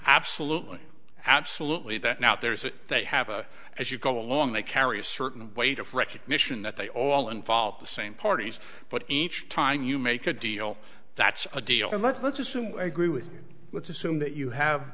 absolutely absolutely that now there is a they have a as you go along they carry a certain weight of recognition that they all involve the same parties but each time you make a deal that's a deal and let's assume agree with let's assume that you have